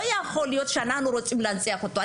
לא יכול להיות שאנחנו רוצים להנציח אותו.